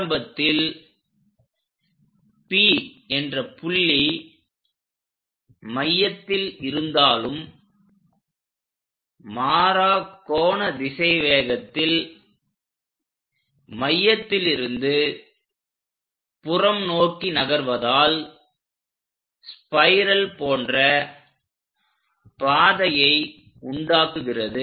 ஆரம்பத்தில் P என்ற புள்ளி மையத்தில் இருந்தாலும் மாறா கோண திசைவேகத்தில் மையத்திலிருந்து புறம் நோக்கி நகர்வதால் ஸ்பைரல் போன்ற பாதையை உண்டாக்குகிறது